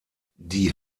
die